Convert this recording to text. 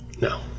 No